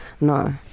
No